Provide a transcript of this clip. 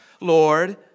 Lord